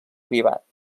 privat